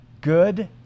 good